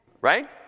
Right